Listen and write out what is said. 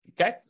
Okay